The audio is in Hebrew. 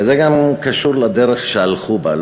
וזה גם קשור לדרך שהלכו בה,